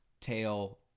tail